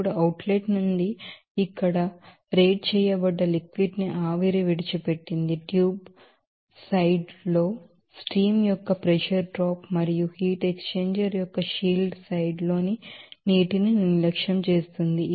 ఇప్పుడు outlet నుంచి ఇక్కడ రేట్ చేయబడ్డ లిక్విడ్ ని ఆవిరి విడిచిపెట్టింది ట్యూబ్ సైడ్ లో స్టీమ్ యొక్క ప్రజర్ డ్రాప్ మరియు హీట్ ఎక్స్ఛేంజర్ యొక్క షీల్డ్ సైడ్ లోని నీటిని నిర్లక్ష్యం చేస్తుంది